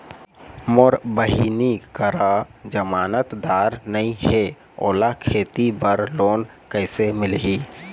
मोर बहिनी करा जमानतदार नई हे, ओला खेती बर लोन कइसे मिलही?